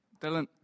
Dylan